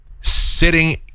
sitting